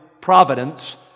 providence